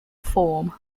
form